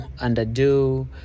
underdo